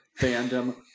fandom